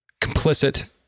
complicit